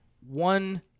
one